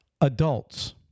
adults